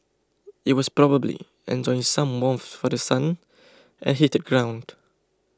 it was probably enjoying some warmth for The Sun and heated ground